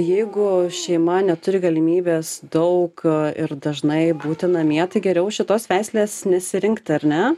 jeigu šeima neturi galimybės daug ir dažnai būti namie tai geriau šitos veislės nesirinkti ar ne